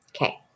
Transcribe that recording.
Okay